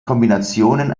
kombinationen